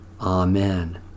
Amen